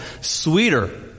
sweeter